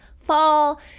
fall